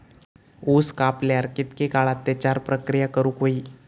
ऊस कापल्यार कितके काळात त्याच्यार प्रक्रिया करू होई?